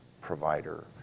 provider